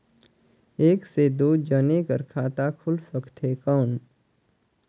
एक से दो जने कर खाता खुल सकथे कौन?